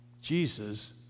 Jesus